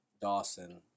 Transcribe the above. Dawson